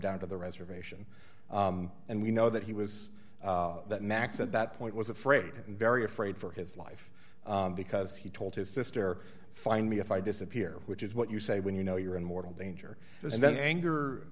down to the reservation and we know that he was that max at that point was afraid very afraid for his life because he told his sister find me if i disappear which is what you say when you know you're in mortal danger and then anger